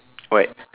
what